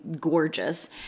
gorgeous